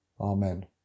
Amen